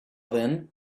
then